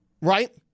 right